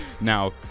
Now